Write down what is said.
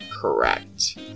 Correct